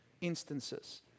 instances